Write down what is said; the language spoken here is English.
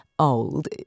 Old